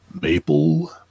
Maple